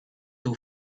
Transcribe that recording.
too